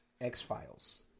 X-Files